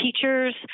teachers